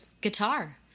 guitar